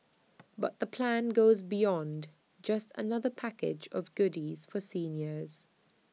but the plan goes beyond just another package of goodies for seniors